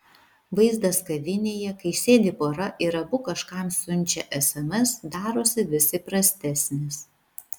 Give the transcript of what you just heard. vaizdas kavinėje kai sėdi pora ir abu kažkam siunčia sms darosi vis įprastesnis